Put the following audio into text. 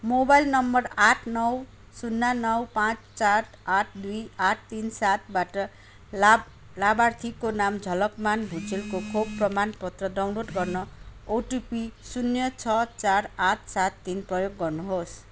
mobile number आठ नौ शून्य नौ पाँच चार आठ दुई आठ तिन सातबाट लाभ् लाभार्थीको नाम झलकमान भुजेलको खोप प्रमाणपत्र डाउनलोड गर्न ओटिपी शून्य छ चार आठ सात तीन प्रयोग गर्नुहोस्